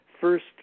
First